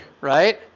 right